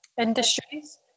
industries